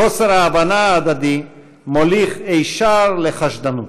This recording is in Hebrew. חוסר ההבנה ההדדי מוליך היישר לחשדנות.